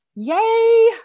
yay